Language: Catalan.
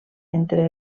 entre